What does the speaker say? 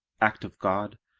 act of god,